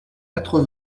quatre